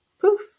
poof